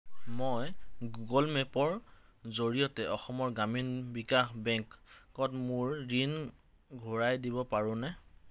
মই গুগল মেপৰ জৰিয়তে অসম গ্ৰামীণ বিকাশ বেংকতত মোৰ গৃহ ঋণ ঘূৰাই দিব পাৰোঁনে